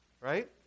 right